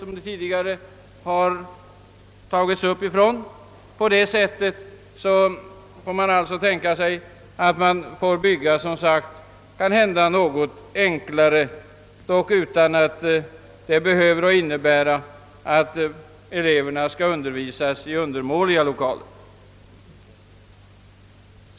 I bl.a. sådana fall bör man bygga något enklare, dock utan att låta eleverna få undervisning i undermåliga lokaler.